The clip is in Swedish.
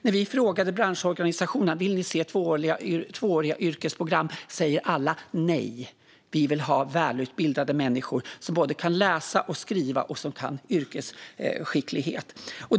När vi frågar branschorganisationerna om de vill se tvååriga yrkesprogram säger alla nej. De vill ha välutbildade människor som både kan läsa och skriva och har yrkesskicklighet.